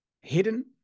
hidden